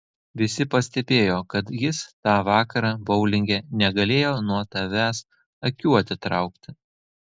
visi pastebėjo kad jis tą vakarą boulinge negalėjo nuo tavęs akių atitraukti